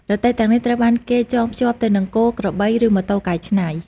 រទេះទាំងនេះត្រូវបានគេចងភ្ជាប់ទៅនឹងគោ ក្របី ឬម៉ូតូកែច្នៃ។